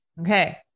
Okay